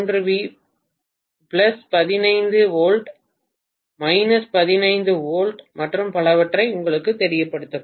3 V 15 volt 15 volt மற்றும் பலவற்றை உங்களுக்குத் தெரியப்படுத்தக்கூடும்